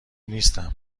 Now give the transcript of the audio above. نیستم